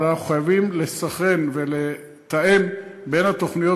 אבל אנחנו חייבים לסנכרן ולתאם בין התוכניות